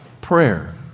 prayer